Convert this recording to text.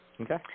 Okay